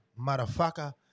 Motherfucker